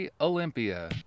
Olympia